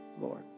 Lord